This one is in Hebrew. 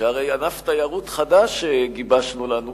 שהרי ענף תיירות חדש גיבשנו לנו כאן,